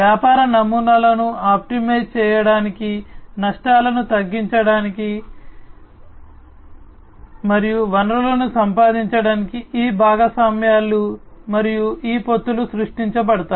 వ్యాపార నమూనాలను ఆప్టిమైజ్ చేయడానికి నష్టాలను తగ్గించడానికి మరియు వనరులను సంపాదించడానికి ఈ భాగస్వామ్యాలు మరియు ఈ పొత్తులు సృష్టించబడతాయి